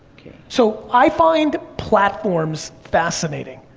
so i find platforms fascinating.